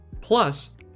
Plus